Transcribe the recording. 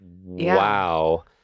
wow